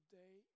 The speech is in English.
day